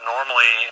Normally